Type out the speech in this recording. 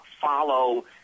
follow